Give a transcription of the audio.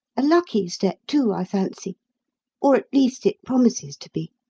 a lucky step, too, i fancy or, at least, it promises to be.